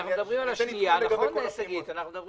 אנחנו מדברים על השנייה ועל השלישית.